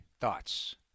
Thoughts